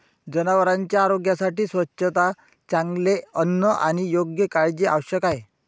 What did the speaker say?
जनावरांच्या आरोग्यासाठी स्वच्छता, चांगले अन्न आणि योग्य काळजी आवश्यक आहे